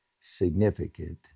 significant